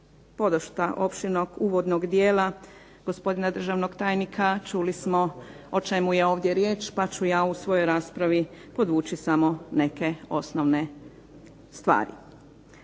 podosta opširnog uvodnog dijela gospodina državnog tajnika čuli smo o čemu je ovdje riječ, pa ću ja u svojoj raspravi podvući samo neke osnovne stvari.